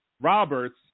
Roberts